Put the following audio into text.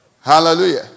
Hallelujah